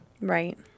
Right